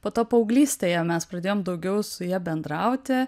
po to paauglystėje mes pradėjom daugiau su ja bendrauti